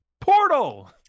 Portal